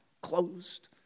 closed